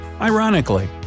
Ironically